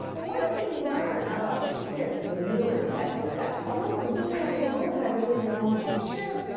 what did you learn about the kids when you were in bangladesh? some of them had to move. had to leave their home. it's true.